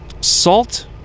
Salt